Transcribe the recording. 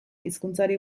hizkuntzari